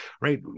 right